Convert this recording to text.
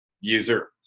user